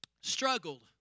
struggled